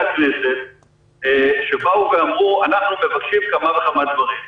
הכנסת שבאו ואמרו: אנחנו מבקשים כמה וכמה דברים.